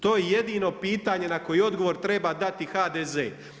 To je jedino pitanje na koji odgovor treba dati HDZ.